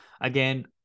Again